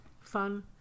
fun